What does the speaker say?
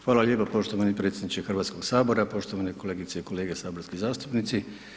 Hvala lijepo poštovani predsjedniče Hrvatskog sabora, poštovane kolegice i kolege saborski zastupnici.